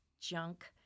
junk